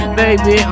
baby